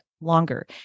longer